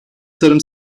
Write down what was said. tarım